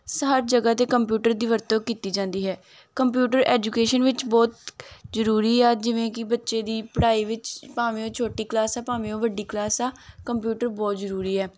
ਸ ਹਰ ਜਗ੍ਹਾ 'ਤੇ ਕੰਪਿਊਟਰ ਦੀ ਵਰਤੋਂ ਕੀਤੀ ਜਾਂਦੀ ਹੈ ਕੰਪਿਊਟਰ ਐਜੂਕੇਸ਼ਨ ਵਿੱਚ ਬਹੁਤ ਜ਼ਰੂਰੀ ਆ ਜਿਵੇਂ ਕਿ ਬੱਚੇ ਦੀ ਪੜ੍ਹਾਈ ਵਿੱਚ ਭਾਵੇਂ ਉਹ ਛੋਟੀ ਕਲਾਸ ਹੈ ਭਾਵੇਂ ਉਹ ਵੱਡੀ ਕਲਾਸ ਆ ਕੰਪਿਊਟਰ ਬਹੁਤ ਜ਼ਰੂਰੀ ਹੈ